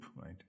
Right